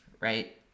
right